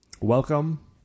Welcome